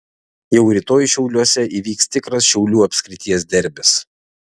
jau rytoj šiauliuose įvyks tikras šiaulių apskrities derbis